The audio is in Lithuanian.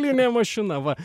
linė mašina va